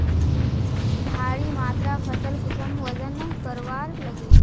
भारी मात्रा फसल कुंसम वजन करवार लगे?